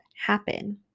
happen